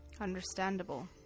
Understandable